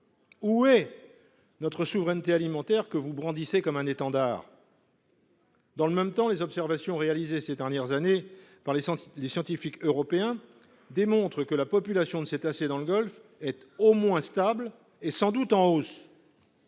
Où est la souveraineté alimentaire que vous brandissez comme un étendard ? Dans le même temps, les observations réalisées ces dernières années par les scientifiques européens démontrent que la population de cétacés dans le golfe est au moins stable, et sans doute en hausse.